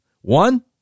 One